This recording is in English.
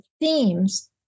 themes